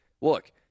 look